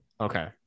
okay